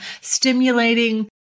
stimulating